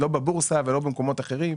לא בבורסה ולא במקומות אחרים.